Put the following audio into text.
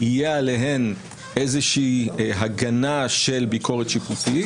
תהיה עליהן איזושהי הגנה של ביקורת שיפוטית,